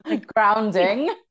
grounding